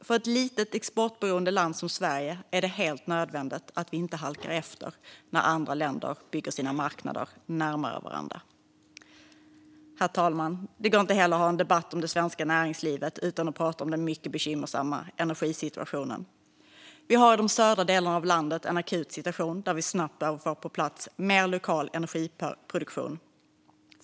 För ett litet, exportberoende land som Sverige är det helt nödvändigt att vi inte halkar efter när andra länder bygger sina marknader närmare varandra. Herr talman! Det går inte heller att ha en debatt om det svenska näringslivet utan att prata om den mycket bekymmersamma energisituationen. Vi har i de södra delarna av landet en akut situation där vi snabbt behöver få på plats mer lokal energiproduktion.